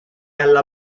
alla